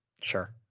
Sure